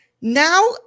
Now